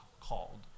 called